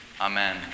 Amen